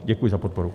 Děkuji za podporu.